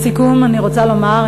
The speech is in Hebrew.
לסיכום אני רוצה לומר,